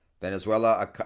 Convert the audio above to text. Venezuela